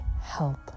help